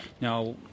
Now